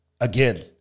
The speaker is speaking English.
again